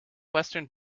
western